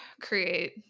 create